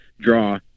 draw